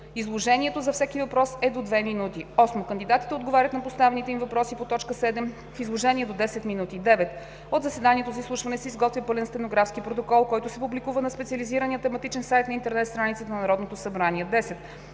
изложението за всеки въпрос е до две минути. 8. Кандидатите отговарят на поставените им въпроси по т. 7 в изложение до 10 минути. 9. От заседанието за изслушването се изготвя пълен стенографски протокол, който се публикува на специализирания тематичен сайт на интернет страницата на Народното събрание. 10.